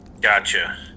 Gotcha